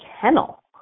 kennel